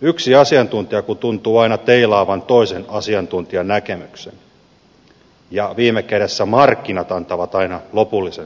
yksi asiantuntija kun tuntuu aina teilaavan toisen asiantuntijan näkemyksen ja viime kädessä markkinat antavat aina lopullisen tuomionsa